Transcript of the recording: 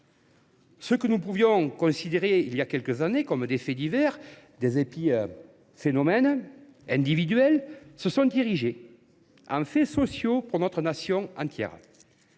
Ce que nous pouvions considérer il y a quelques années comme des faits divers, des épiphénomènes individuels, est devenu un fait social pour notre nation entière.